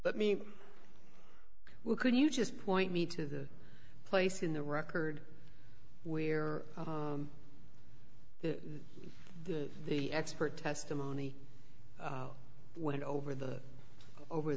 but me well could you just point me to the place in the record where the the the expert testimony went over the over